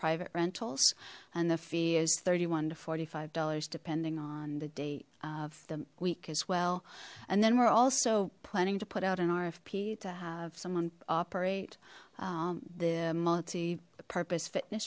private rentals and the fee is thirty one to forty five dollars depending on the day of the week as well and then we're also planning to put out an rfp to have someone operate the multi purpose fitness